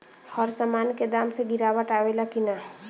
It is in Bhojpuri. हर सामन के दाम मे गीरावट आवेला कि न?